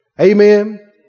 amen